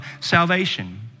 salvation